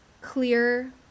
clear